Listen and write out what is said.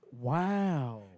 Wow